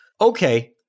Okay